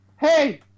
Hey